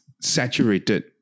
saturated